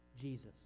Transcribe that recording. Jesus